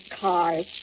cars